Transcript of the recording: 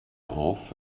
auf